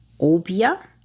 Obia